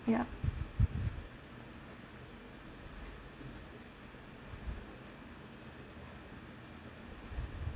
ya